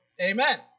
amen